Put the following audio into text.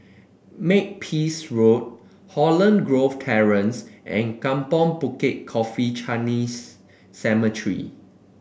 Makepeace Road Holland Grove Terrace and Kampong Bukit Coffee Chinese Cemetery